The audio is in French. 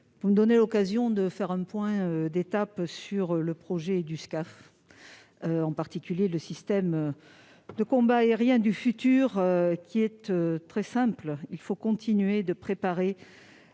vous me donnez l'occasion de faire un point d'étape sur le projet du SCAF, le système de combat aérien du futur, qui est très simple : il faut continuer de préparer